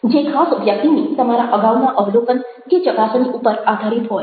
જે ખાસ વ્યક્તિની તમારા અગાઉના અવલોકન કે ચકાસણી ઉપર આધારિત હોય